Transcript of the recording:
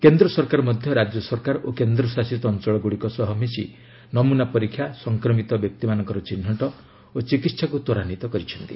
କେନ୍ଦ ସରକାର ମଧ୍ୟ ରାଜ୍ୟ ସରକାର ଓ କେନ୍ଦଶାସିତ ଅଞ୍ଚଳଗ୍ରଡ଼ିକ ସହ ମିଶି ନମୁନା ପରୀକ୍ଷା ସଂକ୍ରମିତ ବ୍ୟକ୍ତିମାନଙ୍କର ଚିହ୍ରଟ ଓ ଚିକିହାକ୍ତ ତ୍ୱରାନ୍ୱିତ କରିଚ୍ଛନ୍ତି